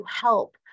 help